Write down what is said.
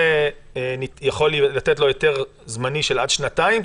זה יכול לתת לו היתר זמני של עד שנתיים,